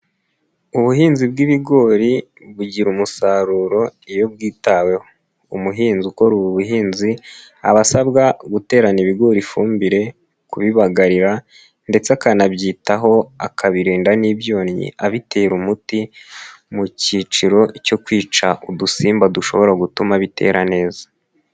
Ubuhinzi bw'ibigori, bugira umusaruro iyo bwitaweho, umuhinzi ukora ubu buhinzi aba asabwa guterana ibigori ifumbire, kubibagarira ndetse akanabyitaho, akabirinda n'ibyonnyi abitera umuti mu cyiciro cyo kwica udusimba dushobora gutuma bitera neza.